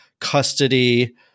custody